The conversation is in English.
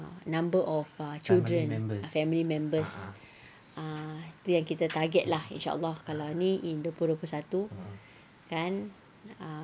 number of children family members ah tu yang kita target lah inshallah kalau ni in dua puluh dua puluh satu kan ah